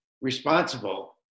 responsible